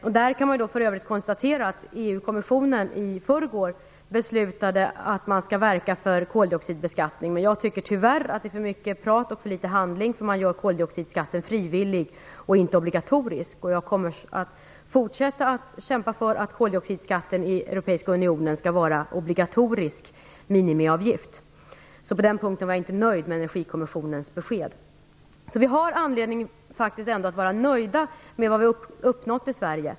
För övrigt kan man konstatera att EU-kommissionen i förrgår beslutade att man skall verka för koldioxidbeskattning. Jag tycker tyvärr att det är för mycket prat och för litet handling. Man gör koldioxidskatten frivillig och inte obligatorisk. Jag kommer att fortsätta att kämpa för att koldioxidskatten i Europeiska unionen skall utgöras av en obligatorisk minimiavgift. På den punkten var jag inte nöjd med Energikommissionens besked. Vi har faktiskt anledning att vara nöjda med vad vi har uppnått i Sverige.